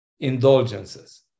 indulgences